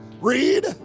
Read